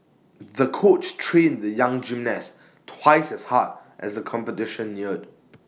the coach trained the young gymnast twice as hard as the competition neared